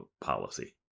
policy